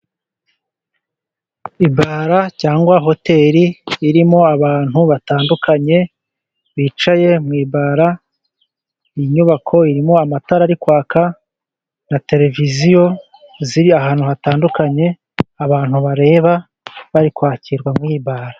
Ibara cyangwa hoteli irimo abantu batandukanye bicaye mu ibara, iyi inyubako irimo amatara ari kwaka na televiziyo ziri ahantu hatandukanye abantu bareba bari kwakirwa muri iyi bara.